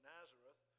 Nazareth